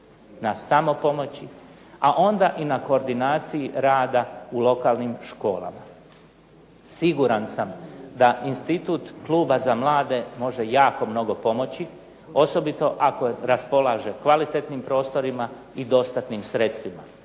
na samopomoći, a onda i na koordinaciji rada u lokalnim školama. Siguran sam da institut Kluba za mlade može jako mnogo pomoći. Osobito ako raspolaže kvalitetnim prostorima i dostatnim sredstvima.